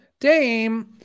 Dame